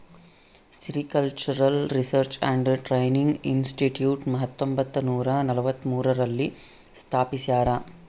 sericultural research and training institute ಹತ್ತೊಂಬತ್ತುನೂರ ನಲವತ್ಮೂರು ರಲ್ಲಿ ಸ್ಥಾಪಿಸ್ಯಾರ